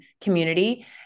community